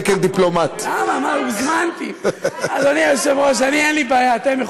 אני רוצה, אדוני היושב-ראש, שהעם בישראל ידע: הכול